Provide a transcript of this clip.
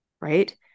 Right